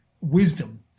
wisdom